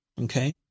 okay